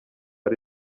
ari